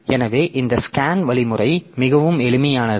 எனவே இந்த ஸ்கேன் வழிமுறை மிகவும் எளிமையானது